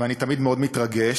ואני תמיד מאוד מתרגש,